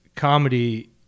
comedy